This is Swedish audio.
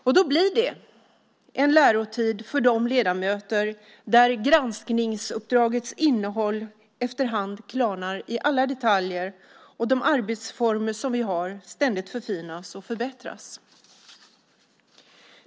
Därför blir det en lärotid för ledamöterna, då granskningsuppdragets innehåll efter hand klarnar i alla detaljer och våra arbetsformer ständigt förfinas och förbättras.